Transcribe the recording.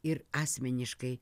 ir asmeniškai